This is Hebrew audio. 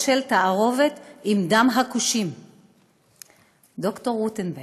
של תערובת עם דם הכושים"; ד"ר רוטנברג: